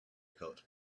coat